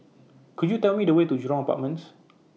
Could YOU Tell Me The Way to Jurong Apartments